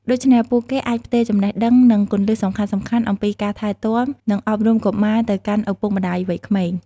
ដូច្នេះ ពួកគេអាចផ្ទេរចំណេះដឹង និងគន្លឹះសំខាន់ៗអំពីការថែទាំ និងអប់រំកុមារទៅកាន់ឪពុកម្ដាយវ័យក្មេង។